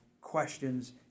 questions